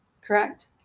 correct